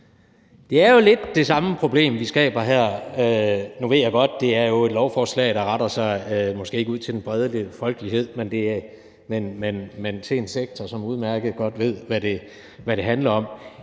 Det er jo lidt det samme problem, vi skaber her. Nu ved jeg godt, at det måske ikke er et lovforslag, der retter sig mod den brede folkelighed, men mod en sektor, som udmærket godt ved, hvad det handler om.